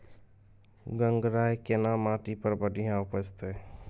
गंगराय केना माटी पर बढ़िया उपजते?